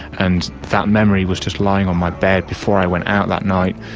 and that memory was just lying on my bed before i went out that night,